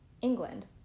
England